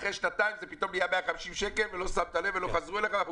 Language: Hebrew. ואחרי שנתיים זה פתאום נהיה 150 שקל ולא שמת לב ולא חזרו אליך.